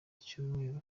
icyumweru